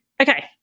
Okay